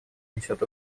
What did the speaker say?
несет